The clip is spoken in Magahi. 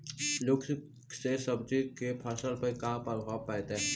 लुक से सब्जी के फसल पर का परभाव पड़तै?